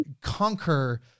conquer